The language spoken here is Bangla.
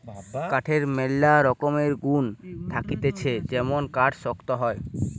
কাঠের ম্যালা রকমের গুন্ থাকতিছে যেমন কাঠ শক্ত হয়